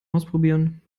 ausprobieren